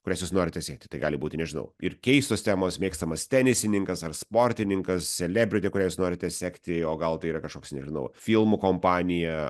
kurias jūs norite sekti tai gali būti nežinau ir keistos temos mėgstamas tenisininkas ar sportininkas celebrity kurią jūs norite sekti o gal tai yra kažkoks nežinau filmų kompanija